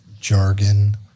jargon